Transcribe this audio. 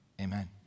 Amen